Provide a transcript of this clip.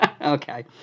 Okay